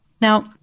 Now